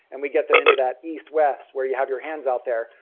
and we get them into that east-west, where you have your hands out there,